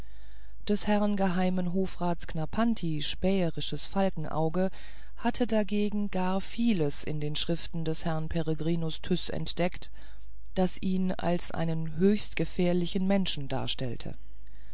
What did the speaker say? des herrn geheimen hofrats knarrpanti späherisches falkenauge hatte dagegen gar vieles in den schriften des herrn peregrinus tyß entdeckt das ihn als einen höchst gefährlichen menschen darstellte